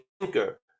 thinker